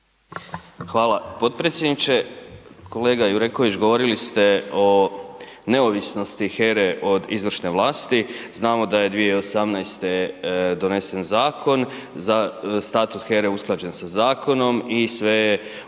Hvala potpredsjedniče. Kolega Jureković govorili ste o neovisnosti HERE od izvršne vlasti, znamo da je 2018. donesen zakon, status HERE usklađen sa zakonom i sve je usklađeno